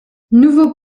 nouveau